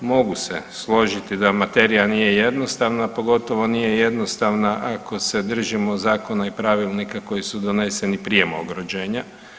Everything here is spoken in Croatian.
Mogu se složiti da materija nije jednostavna, pogotovo nije jednostavna ako se držimo zakona i pravilnika koji su doneseni prije mog rođenja.